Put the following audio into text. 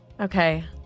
Okay